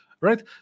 Right